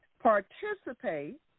Participate